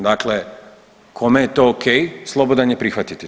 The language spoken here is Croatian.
Dakle, kome je to ok slobodan je prihvatiti to.